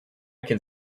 can